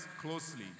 closely